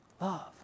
Love